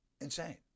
insane